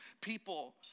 people